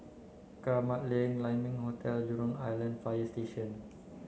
Kramat Lane Lai Ming Hotel Jurong Island Fire Station